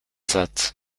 satz